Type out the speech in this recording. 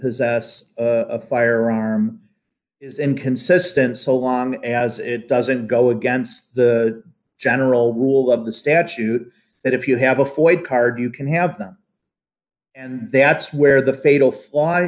possess a firearm is inconsistent so long as it doesn't go against the general rule of the statute that if you have a foid card you can have them and that's where the fatal